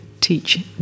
teach